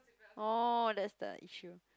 oh that's the issue